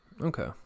okay